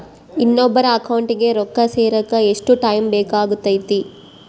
ಇನ್ನೊಬ್ಬರ ಅಕೌಂಟಿಗೆ ರೊಕ್ಕ ಸೇರಕ ಎಷ್ಟು ಟೈಮ್ ಬೇಕಾಗುತೈತಿ?